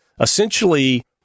essentially